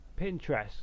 Pinterest